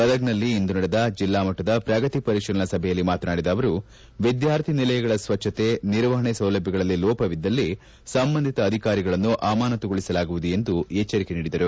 ಗದಗನಲ್ಲಿ ಇಂದು ನಡೆದ ಜಿಲ್ಲಾ ಮಟ್ಟದ ಪ್ರಗತಿ ಪರಿಶೀಲನಾ ಸಭೆಯಲ್ಲಿ ಮಾತನಾಡಿದ ಅವರು ವಿದ್ಯಾರ್ಥಿ ನಿಲಯಗಳ ಸ್ವಚ್ಛತೆ ನಿರ್ವಾಹಣೆ ಸೌಲಭ್ಯಗಳಲ್ಲಿ ಲೋಪವಿದ್ದಲ್ಲಿ ಸಂಬಂಧಿತ ಅಧಿಕಾರಿಗಳನ್ನು ಅಮಾನತ್ತುಗೊಳಿಸಲಾಗುವುದು ಎಂದು ಎಚ್ಚರಿಕೆ ನೀಡಿದರು